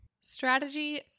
Strategy